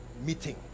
meeting